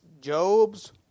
Job's